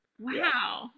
Wow